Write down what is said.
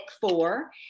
four